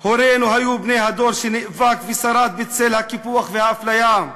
הורינו היו בני הדור שנאבק ושרד בצל הקיפוח והאפליה.